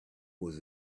was